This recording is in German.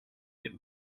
dem